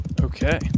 Okay